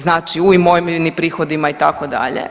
Znači u imovini, prihodima itd.